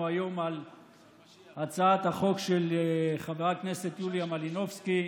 היום על הצעת החוק של חברת הכנסת יוליה מלינובסקי,